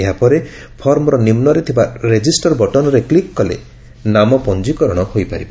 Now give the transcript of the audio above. ଏହାପରେ ଫର୍ମର ନିମୁରେ ଥିବା ରେଜିଷର୍ ବଟନ୍ରେ କ୍ଲିକ୍ କଲେ ନାମ ପଞ୍ଞୀକରଣ ହୋଇପାରିବ